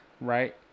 Right